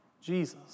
Jesus